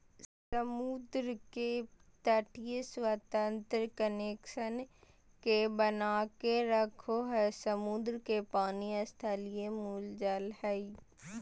समुद्र के तटीय स्वतंत्र कनेक्शन के बनाके रखो हइ, समुद्र के पानी स्थलीय मूल जल हइ